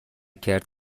کرد